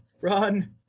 Run